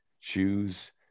choose